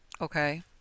Okay